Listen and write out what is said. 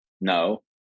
no